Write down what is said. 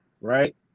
right